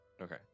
Okay